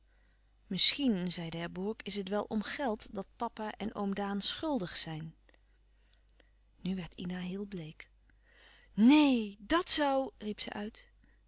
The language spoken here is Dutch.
misschien zei d'herbourg is het wel om geld dat papa en oom daan schùldig zijn nu werd ina heel bleek neen dàt zoû riep zij uit